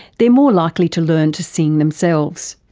they're more likely to learn to sing themselves.